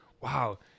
wow